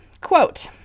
quote